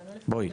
בואי.